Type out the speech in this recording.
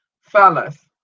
Fellas